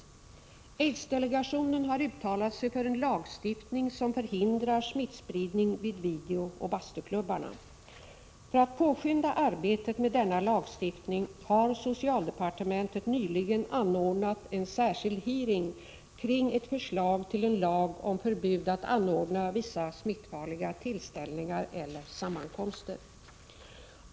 Aidsdelegationen har uttalat sig för en lagstiftning som förhindrar smittspridning vid videooch bastuklubbarna. För att påskynda arbetet med denna lagstiftning har socialdepartementet nyligen anordnat en särskild hearing kring ett förslag till en lag om förbud att anordna vissa smittfarliga tillställningar eller sammankomster.